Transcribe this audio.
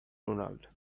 donald